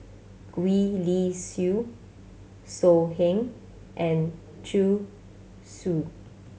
Gwee Li Sui So Heng and Zhu Xu